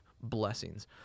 blessings